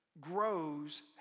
grows